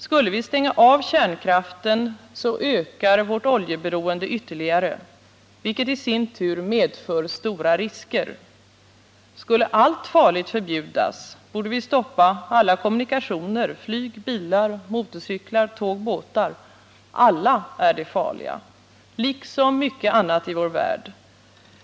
Skulle vi stänga av kärnkraften, så ökar vårt oljeberoende ytterligare, vilket i sin tur medför stora risker. Skulle allt farligt förbjudas, borde vi stoppa alla kommunikationer; flyg, bilar, motorcyklar, tåg och båtar — alla är de farliga, liksom mycket annat i vår värld.